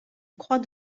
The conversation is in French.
croix